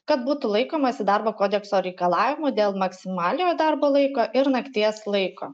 kad būtų laikomasi darbo kodekso reikalavimų dėl maksimaliojo darbo laiko ir nakties laiko